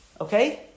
Okay